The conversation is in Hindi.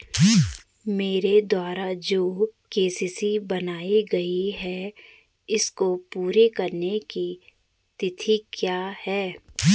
मेरे द्वारा जो के.सी.सी बनवायी गयी है इसको पूरी करने की तिथि क्या है?